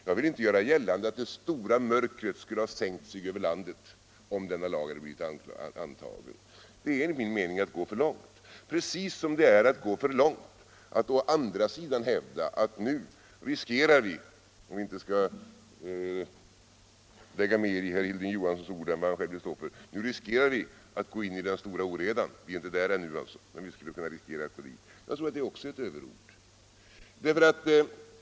Jag vill inte göra gällande att det stora mörkret skulle ha sänkt sig över landet, om denna lag hade blivit antagen. Det är enligt min mening att gå för långt, precis som det enligt min mening är att gå för långt att å andra sidan hävda att vi nu riskerar — för att inte lägga in mera i Hilding Johanssons ord än han vill stå för — att gå in i den stora oredan. Jag tror att också det är överord.